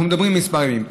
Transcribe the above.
אנחנו מדברים על כמה ימים.